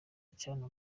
acana